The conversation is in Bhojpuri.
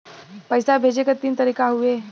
पइसा भेजे क तीन तरीका हउवे